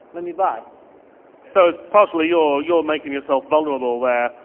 let me buy so it's partially, your your making yourself vulnerable there,